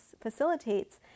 facilitates